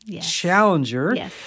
challenger